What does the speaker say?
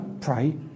pray